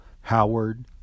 Howard